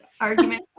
argument